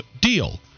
deal